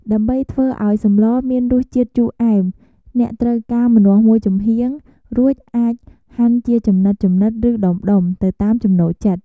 ដើម្បីធ្វើឲ្យសម្លមានរសជាតិជូរអែម អ្នកត្រូវការ ម្នាស់មួយចំហៀង រួចអាចហាន់ជាចំណិតៗ ឬដុំៗ ទៅតាមចំណូលចិត្ត។